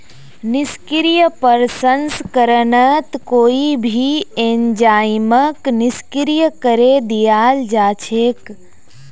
निष्क्रिय प्रसंस्करणत कोई भी एंजाइमक निष्क्रिय करे दियाल जा छेक